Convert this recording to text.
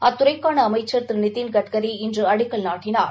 அத்துறைக்கான அமைச்சர் திரு நிதின் கட்கரி இன்று அடிக்கல் நாட்டினார்